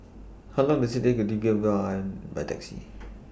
How Long Does IT Take to Viva By Taxi